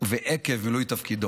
ועקב מילוי תפקידו.